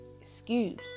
excuse